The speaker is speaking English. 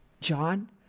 John